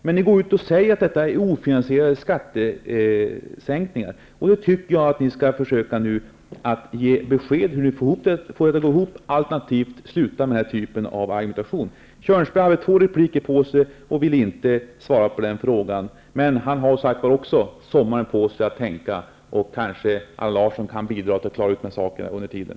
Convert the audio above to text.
Men ni säger att det är fråga om ofinansierade skattesänkningar. Jag tycker att ni skall försöka ge besked om hur ni får ihop detta, alternativt sluta med denna typ av argumentation. Arne Kjörnsberg hade två repliker att utnyttja, men han ville inte svara på den frågan. Men han har också sommaren på sig att tänka, och kanske Allan Larsson kan bidra till att klara ut frågan under tiden.